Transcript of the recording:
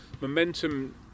Momentum